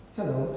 Hello